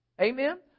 Amen